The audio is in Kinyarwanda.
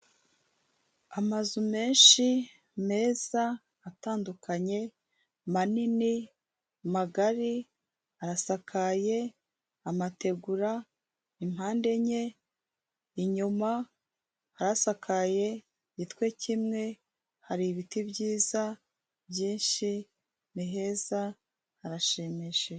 Amazu menshi, meza, atandukanye, manini, magari, arasakaye, amategura, impande enye, inyuma hari asakaye igitwe kimwe, hari ibiti byiza byinshi, ni heza, harashimishije.